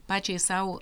pačiai sau